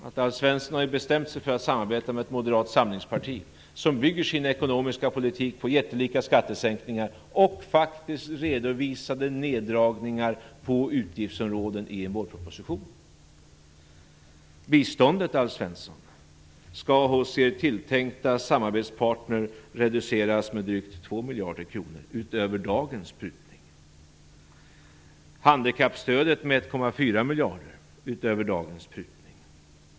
Alf Svensson har bestämt sig för att samarbeta med Moderata samlingspartiet, som bygger sin ekonomiska politik på jättelika skattesänkningar och faktiskt redovisade neddragningar på utgiftsområden i en vårproposition. Men biståndet, Alf Svensson, skall hos er tilltänkta samarbetspartner reduceras med drygt 2 miljarder kronor, utöver dagens prutning. Handikappstödet skall reduceras med 1,4 miljarder kronor, utöver dagens prutning.